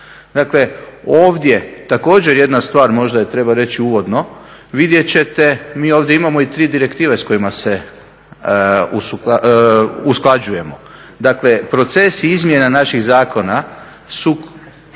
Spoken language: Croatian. Dakle, ovdje također jedna stvar možda je treba reći uvodno, vidjet ćete mi ovdje imamo i tri direktive s kojima se usklađujemo. Dakle proces izmjena naših zakona su